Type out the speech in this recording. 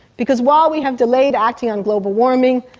because while we have delayed acting on global warming,